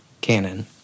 Canon